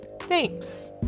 Thanks